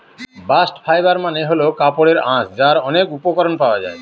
bast fibre মানে হল কাপড়ের আঁশ যার অনেক উপকরণ পাওয়া যায়